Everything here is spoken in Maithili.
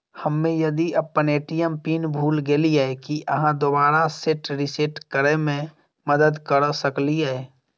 हम्मे यदि अप्पन ए.टी.एम पिन भूल गेलियै, की अहाँ दोबारा सेट रिसेट करैमे मदद करऽ सकलिये?